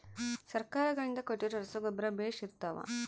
ಸರ್ಕಾರಗಳಿಂದ ಕೊಟ್ಟಿರೊ ರಸಗೊಬ್ಬರ ಬೇಷ್ ಇರುತ್ತವಾ?